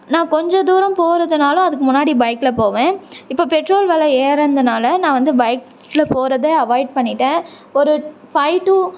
நான் கொஞ்சம் தூரம் போகிறதுனாலும் அதுக்கு முன்னாடி பைக்கில் போவேன் இப்போ பெட்ரோல் வில ஏறுனதுனால் நான் வந்து பைக்கில் போகிறதே அவாய்ட் பண்ணிட்டேன் ஒரு ஃபை டூ